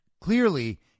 clearly